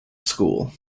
school